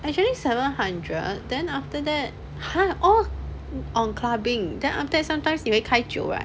actually seven hundred then after that !huh! all on clubbing then after that sometimes 你会开酒 right